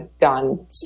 done